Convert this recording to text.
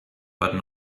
but